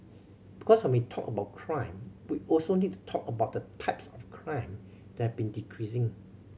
because when we talk about crime we also need to talk about the types of crime that been decreasing